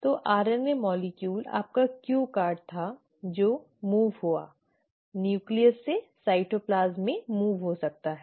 तो आरएनए अणु आपका क्यू कार्ड था जो मूव़् हुआ नाभिक से साइटोप्लाज्म में मूव़् हो सकता है